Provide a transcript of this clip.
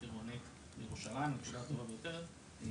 העירונית לירושלים בשעה הטובה ביותר,